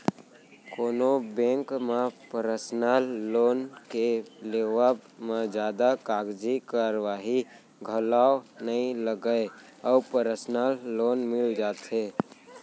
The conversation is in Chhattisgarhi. कोनो बेंक म परसनल लोन के लेवब म जादा कागजी कारवाही घलौ नइ लगय अउ परसनल लोन मिल जाथे